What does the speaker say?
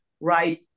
right